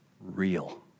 real